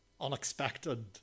unexpected